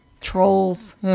Trolls